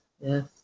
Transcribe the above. Yes